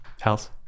Health